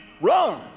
run